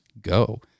go